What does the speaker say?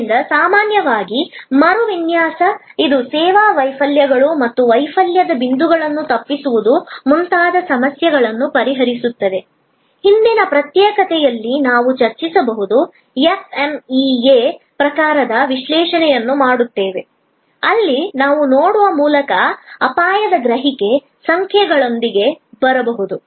ಆದ್ದರಿಂದ ಸಾಮಾನ್ಯವಾಗಿ ಮರುವಿನ್ಯಾಸ ಇದು ಸೇವಾ ವೈಫಲ್ಯಗಳು ಅಥವಾ ವೈಫಲ್ಯದ ಬಿಂದುಗಳನ್ನು ತಪ್ಪಿಸುವುದು ಮುಂತಾದ ಸಮಸ್ಯೆಗಳನ್ನು ಪರಿಹರಿಸುತ್ತದೆ ಹಿಂದಿನ ಪ್ರತ್ಯೇಕತೆಯಲ್ಲಿ ನಾವು ಚರ್ಚಿಸಬಹುದು ಎಫ್ಎಂಇಎ ಪ್ರಕಾರದ ವಿಶ್ಲೇಷಣೆಯನ್ನು ಮಾಡುತ್ತೇವೆ ಅಲ್ಲಿ ನಾವು ನೋಡುವ ಮೂಲಕ ಅಪಾಯದ ಗ್ರಹಿಕೆ ಸಂಖ್ಯೆಯೊಂದಿಗೆ ಬರಬಹುದು